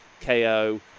KO